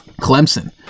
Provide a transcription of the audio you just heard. Clemson